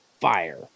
fire